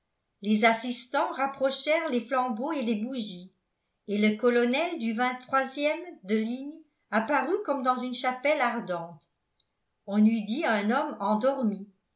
les assistants rapprochèrent les flambeaux et les bougies et le colonel du ème de ligne apparut comme dans une chapelle ardente on eût dit un homme endormi